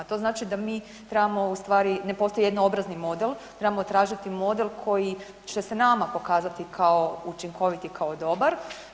To znači da mi trebamo u stvari, ne postoji jednoobrazni model, trebamo tražiti model koji će se nama pokazati kao učinkovit i kao dobar.